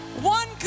One